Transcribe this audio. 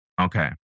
Okay